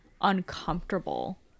uncomfortable